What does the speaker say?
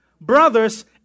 brothers